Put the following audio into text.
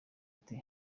ati